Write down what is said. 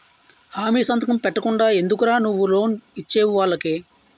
హామీ సంతకం పెట్టకుండా ఎందుకురా నువ్వు లోన్ ఇచ్చేవు వాళ్ళకి